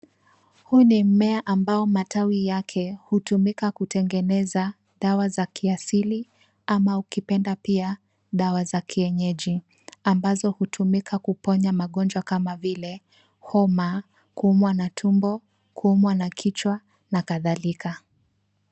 Huu ni mmea ambao matawi yake hutumika kutengeneza dawa za kiasili ama ukipenda pia dawa za kienyeji ambazo hutumika kuponya magonjwa kama vile homa, kuumwa na tumbo, kuumwa na kichwa na kadhalika.